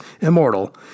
immortal